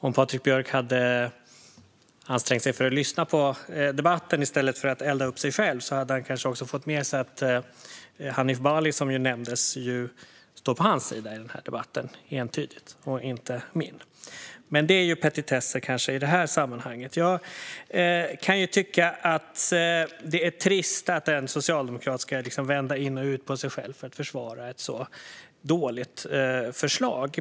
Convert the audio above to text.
Om Patrik Björck hade ansträngt sig för att lyssna på debatten i stället för att elda upp sig kanske han hade fått med sig att Hanif Bali, som nämndes här, entydigt står på hans sida i debatten och inte min. Men det är kanske petitesser i det här sammanhanget. Jag kan tycka att det är trist att en socialdemokrat ska vända ut och in på sig själv för att försvara ett så dåligt förslag.